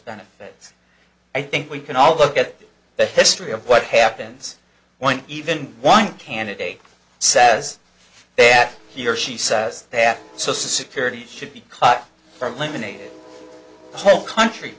benefits i think we can all look at the history of what happens when even one candidate says that he or she says that social security should be cut from live in a whole country